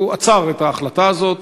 הוא עצר את ההחלטה הזאת,